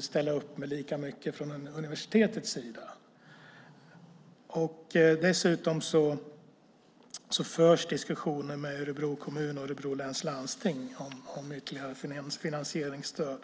ställa upp med lika mycket från universitetets sida. Dessutom förs diskussioner med Örebro kommun och Örebro läns landsting om ytterligare finansieringsstöd.